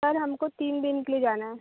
sir हमको तीन दिन के लिए जाना है